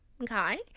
Okay